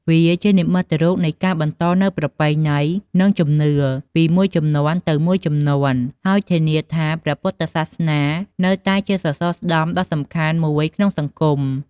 វាជានិមិត្តរូបនៃការបន្តនូវប្រពៃណី និងជំនឿពីមួយជំនាន់ទៅមួយជំនាន់ ហើយធានាថាព្រះពុទ្ធសាសនានៅតែជាសសរស្តម្ភដ៏សំខាន់មួយក្នុងសង្គម។